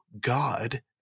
God